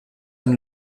ein